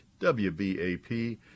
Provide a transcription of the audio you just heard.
wbap